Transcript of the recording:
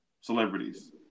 celebrities